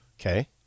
Okay